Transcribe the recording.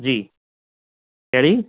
जी केड़ी